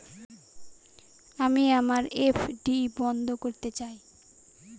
আমি আমার এফ.ডি বন্ধ করতে চাই